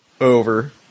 over